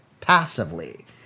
passively